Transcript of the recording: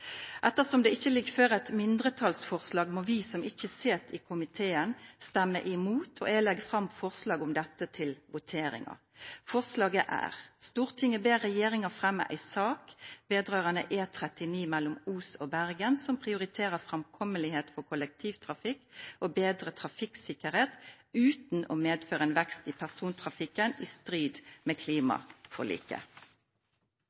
vi ikke sitter i komiteen, og det derfor ikke foreligger et mindretallsforslag i innstillingen, fremmer jeg følgende forslag til votering: «Stortinget ber regjeringen fremme en sak vedrørende E39 mellom Os og Bergen som prioriterer framkommelighet for kollektivtrafikk og bedret trafikksikkerhet uten å medføre en vekst i persontrafikken i strid med